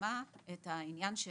פרסמה את העניין שלו,